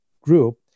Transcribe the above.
group